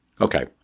Okay